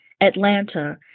Atlanta